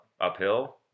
uphill